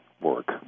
work